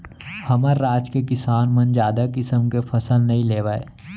हमर राज के किसान मन जादा किसम के फसल नइ लेवय